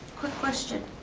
quick question,